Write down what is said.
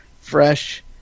Fresh